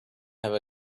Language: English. have